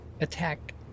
attack